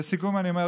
לסיכום אני אומר,